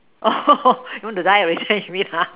oh you want to die already you mean ha